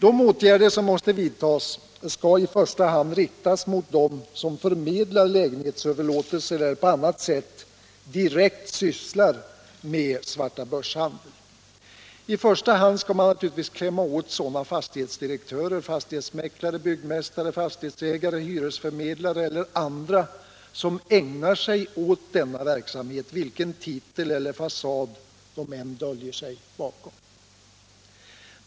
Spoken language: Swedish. De åtgärder som måste vidtas skall i första hand riktas mot dem som förmedlar lägenhetsöverlåtelser eller på annat sätt direkt sysslar med svartabörshandeln. I första hand skall man naturligtvis klämma åt sådana fastighetsdirektörer, fastighetsmäklare, byggmästare, fastighetsägare, hyresförmedlare eller andra som ägnar sig åt denna verksamhet, vilken titel eller fasad de än döljer sig bakom.